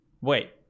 Wait